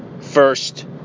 first